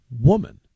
woman